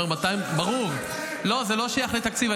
--- ברור, לא, זה לא שייך לתקציב.